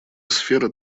сфера